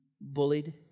bullied